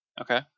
Okay